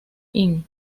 inn